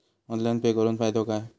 Online pay करुन फायदो काय?